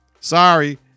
Sorry